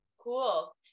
Cool